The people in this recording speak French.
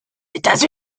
états